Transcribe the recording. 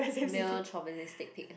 male chauvinistic pig